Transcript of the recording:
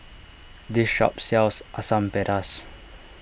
this shop sells Asam Pedas